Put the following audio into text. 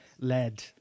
led